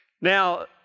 Now